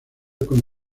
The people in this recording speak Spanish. con